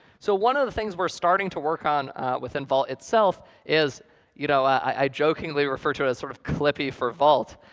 so one of the things we're starting to work on within vault itself is you know i jokingly refer to as sort of clippy for vault.